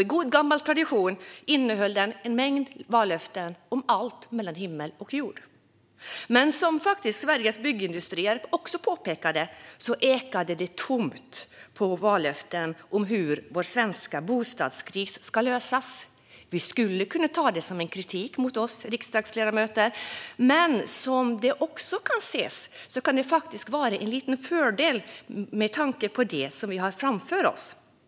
I gammal god tradition innehöll den en mängd vallöften om allt mellan himmel och jord. Men som Sveriges Byggindustrier också påpekade ekade det tomt beträffande vallöften om hur vår svenska bostadskris ska lösas. Vi skulle kunna ta det som kritik mot oss riksdagsledamöter, men det kan också ses som en liten fördel med tanke på det som vi har framför oss.